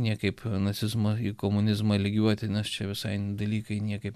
niekaip nacizmą į komunizmą lygiuoti nes čia visai dalykai niekaip